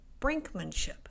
brinkmanship